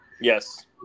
Yes